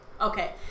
Okay